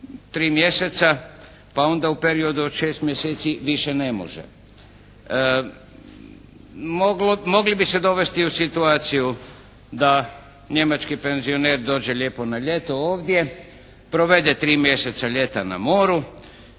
mjeseca pa onda u periodu od šest mjeseci više ne može. Mogli bi se dovesti u situaciju da njemački penzioner dođe lijepo na ljeto ovdje, provede tri mjeseca ljeta na moru